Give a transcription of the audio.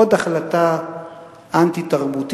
עוד החלטה אנטי-תרבותית.